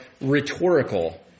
rhetorical